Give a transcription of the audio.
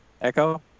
Echo